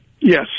Yes